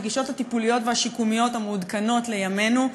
לגישות הטיפוליות והשיקומיות המעודכנות לימינו,